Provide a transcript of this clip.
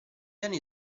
anni